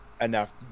enough